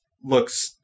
looks